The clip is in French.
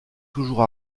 toujours